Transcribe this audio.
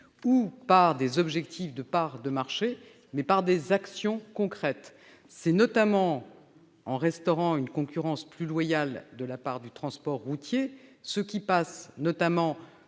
ou par des objectifs de part de marché, mais bien par des actions concrètes. Il faudrait notamment restaurer une concurrence plus loyale de la part du transport routier, ce qui passe notamment